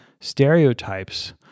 stereotypes